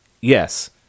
yes